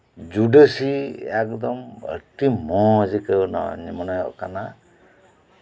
ᱡᱩᱰᱟᱹᱥᱤ ᱮᱠᱫᱚᱢ ᱟᱹᱰᱤ ᱢᱚᱸᱡᱽ ᱟᱹᱭᱠᱟᱹᱣᱮᱱᱟ ᱢᱚᱱᱮ ᱦᱩᱭᱩᱜ ᱠᱟᱱᱟ